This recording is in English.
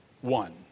one